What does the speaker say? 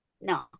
No